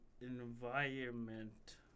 environment